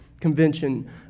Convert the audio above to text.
Convention